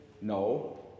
no